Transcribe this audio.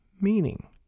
meaning